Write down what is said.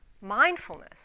mindfulness